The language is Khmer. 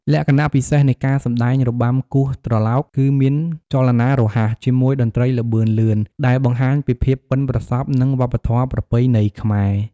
លក្ខណៈពិសេសនៃការសម្តែងរបាំគោះត្រឡោក គឺមានចលនារហ័ស ជាមួយតន្ត្រីល្បឿនលឿន ដែលបង្ហាញពីភាពបុិនប្រសព្វ និងវប្បធម៌ប្រពៃណីខ្មែរ។